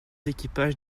équipages